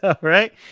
Right